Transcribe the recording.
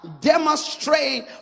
demonstrate